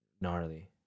Gnarly